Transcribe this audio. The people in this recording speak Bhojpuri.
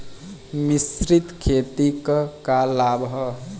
मिश्रित खेती क का लाभ ह?